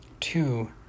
Two